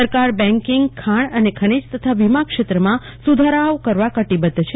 સરકારે બેન્કીંગ ખાણ અને ખનીજ તથા વીમા ક્ષેત્રમાં સુધારાઓ કરવા કટીબધ્ધ છે